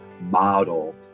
model